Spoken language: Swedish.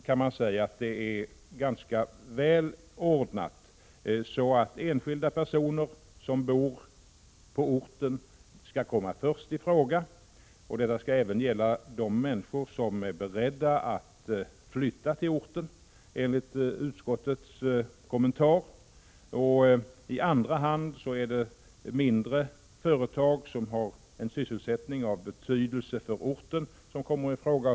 Man kan säga att det är ganska väl ordnat i dagsläget. Vid förvärv av skogsmark skall enskilda personer som bor på orten komma i fråga först. Detta skall även gälla de människor som är beredda att flytta till orten, enligt utskottets kommentar. I andra hand skall mindre företag som har en sysselsättning av betydelse för orten komma i fråga.